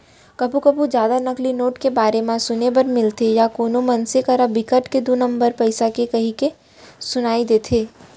कभू कभू जादा नकली नोट के बारे म सुने बर मिलथे या कोनो मनसे करा बिकट के दू नंबर पइसा हे कहिके सुनई देथे